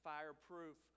Fireproof